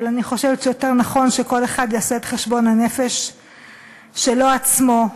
אבל אני חושבת שיותר נכון שכל אחד יעשה את חשבון הנפש שלו עצמו,